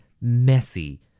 messy